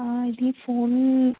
ఇది ఫోన్